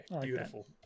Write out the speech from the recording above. beautiful